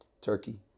turkey